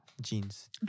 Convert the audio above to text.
jeans